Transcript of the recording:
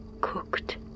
cooked